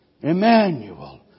Emmanuel